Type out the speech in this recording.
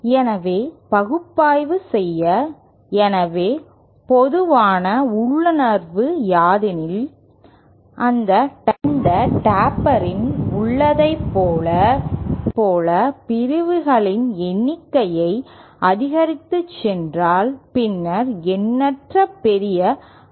எனவே பகுப்பாய்வு செய்ய எனவே பொதுவான உள்ளுணர்வு யாதெனில் அந்தடேப்பர்களில் உள்ளதைப் போல பிரிவுகளின் எண்ணிக்கையை அதிகரித்துச் சென்றால் பின்னர் எண்ணற்ற பெரிய அலைவரிசையைப் பெற வேண்டும்